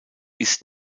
ist